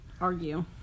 argue